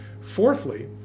Fourthly